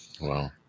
Wow